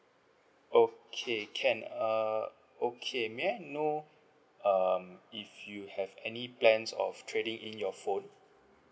okay can err okay may I know um if you have any plans of trading in your phone